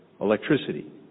electricity